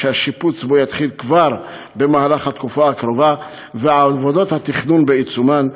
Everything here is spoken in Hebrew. שהשיפוץ בו יתחיל כבר בתקופה הקרובה ועבודות התכנון בעיצומן.